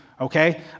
okay